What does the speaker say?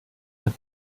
hat